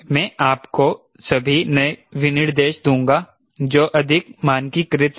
मैं आपको सभी नए विनिर्देश दूंगा जो अधिक मानकीकृत हैं